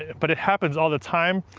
but it happens all the time,